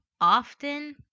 often